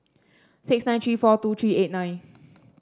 six nine three four two three eight nine